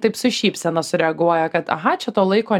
taip su šypsena sureaguoja kad aha čia to laiko